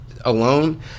alone—